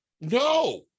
No